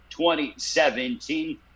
2017